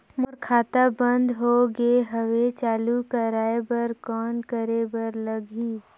मोर खाता बंद हो गे हवय चालू कराय बर कौन करे बर लगही?